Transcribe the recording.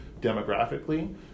demographically